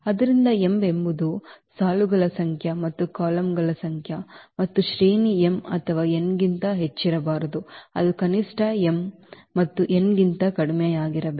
ಆದ್ದರಿಂದ m ಎಂಬುದು ಸಾಲುಗಳ ಸಂಖ್ಯೆ ಮತ್ತು ಕಾಲಮ್ಗಳ ಸಂಖ್ಯೆ ಮತ್ತು ಶ್ರೇಣಿ m ಅಥವಾ n ಗಿಂತ ಹೆಚ್ಚಿರಬಾರದು ಅದು ಕನಿಷ್ಟ m ಮತ್ತು n ಗಿಂತ ಕಡಿಮೆಯಿರಬೇಕು